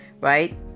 right